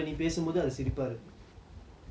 ஆனா அப்போ வந்து அது ரொம்ப:aana appo vanthu athu romba serious